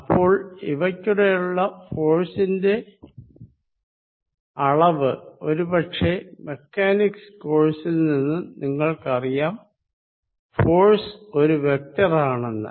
അപ്പോൾ ഇവയ്ക്കിടയിലുള്ള ഫോഴ്സിന്റെ അളവ് ഒരു പക്ഷെ മെക്കാനിക്സ് കോഴ്സിൽനിന്നും നിങ്ങൾക്കറിയാം ഫോഴ്സ് ഒരു വെക്ടർ അളവ് ആണെന്ന്